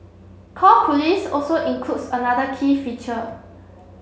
call police also includes another key feature